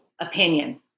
opinion